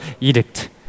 edict